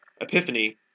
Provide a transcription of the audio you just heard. epiphany